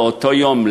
באותו יום,